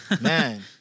man